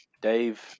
Dave